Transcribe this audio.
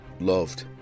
loved